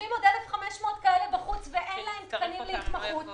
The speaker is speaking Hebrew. כשיושבים עוד 1,500 כאלה בחוץ ואין להם תקנים להתמחות.